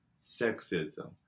sexism